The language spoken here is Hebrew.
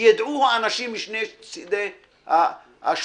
שידעו האנשים משני צידי השולחן,